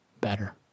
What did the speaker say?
better